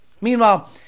meanwhile